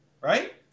Right